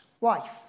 wife